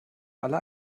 alle